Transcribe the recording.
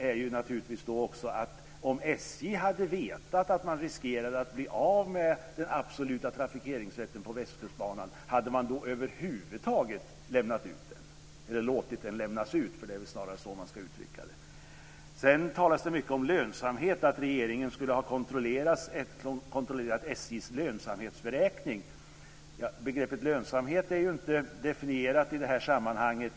Men om SJ hade vetat att man riskerade att bli av med den absoluta trafikeringsrätten på Västkustbanan, hade man då över huvud taget lämnat ut den - eller låtit den lämnas ut; det är väl snarare så det ska uttryckas? Det talas mycket om lönsamhet - att regeringen skulle ha kontrollerat SJ:s lönsamhetsberäkning. Begreppet lönsamhet är inte definierat i det här sammanhanget.